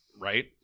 Right